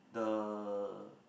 the